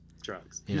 Drugs